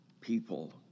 people